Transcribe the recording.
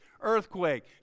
earthquake